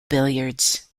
billiards